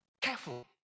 Careful